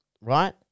right